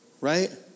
right